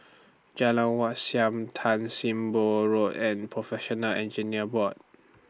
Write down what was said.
Jalan Wat Siam Tan SIM Boh Road and Professional Engineers Board